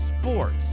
sports